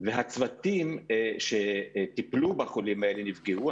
והצוותים שטיפלו בחולים האלה נפגעו.